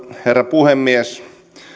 herra puhemies